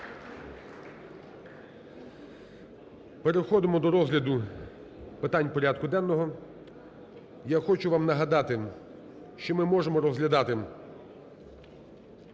Переходимо до розгляду питань порядку денного. Я хочу вам нагадати, що ми можемо розглядати